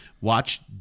watch